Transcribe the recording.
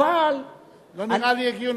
אבל, לא נראה לי הגיוני.